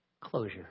Closure